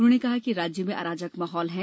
उन्होंने कहा कि राज्य में अराजक माहौल है